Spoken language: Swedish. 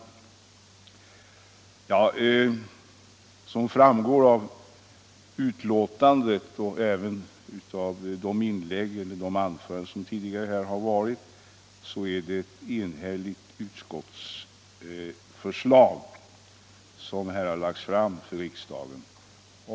Såsom framgår av betänkandet är det ett enhälligt utskottsförslag som nu lagts fram för riksdagen.